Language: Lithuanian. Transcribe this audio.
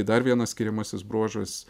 dar vienas skiriamasis bruožas